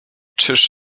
czyż